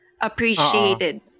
Appreciated